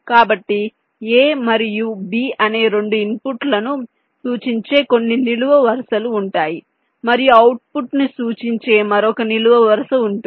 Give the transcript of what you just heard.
కాబట్టి A మరియు B అనే రెండు ఇన్పుట్లను సూచించే కొన్ని నిలువు వరుసలు ఉంటాయి మరియు అవుట్పుట్ను సూచించే మరొక నిలువు వరుస ఉంటుంది